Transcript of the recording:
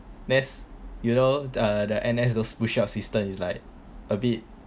that's you know uh the the N_S those push up system is like a bit